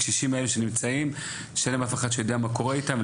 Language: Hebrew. לקשישים האלה שאין להם אף אחד שיודע מה קורה איתם,